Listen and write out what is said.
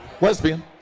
Lesbian